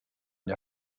der